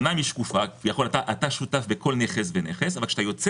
אתה שותף בכל נכס ונכס אבל כשאתה יוצא